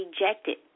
rejected